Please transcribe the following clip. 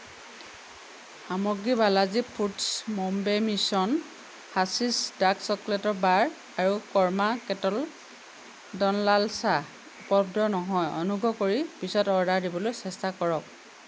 সামগ্ৰী বালাজী ফুডছ্ বম্বে মিশ্ৰণ Hershey's dark chocolate bar আৰু কৰ্মা কেট্ল ড'ন লাল চাহ উপলব্ধ নহয় অনুগ্ৰহ কৰি পিছত অৰ্ডাৰ দিবলৈ চেষ্টা কৰক